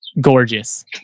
Gorgeous